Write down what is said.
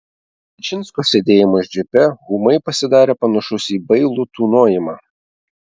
čičinsko sėdėjimas džipe ūmai pasidarė panašus į bailų tūnojimą